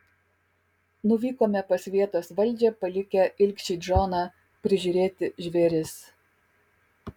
nuvykome pas vietos valdžią palikę ilgšį džoną prižiūrėti žvėris